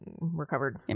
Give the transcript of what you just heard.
recovered